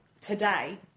today